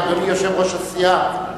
אדוני יושב-ראש הסיעה,